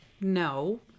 No